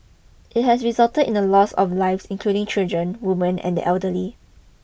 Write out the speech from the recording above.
it has resulted in the loss of lives including children women and the elderly